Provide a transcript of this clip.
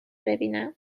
ببینم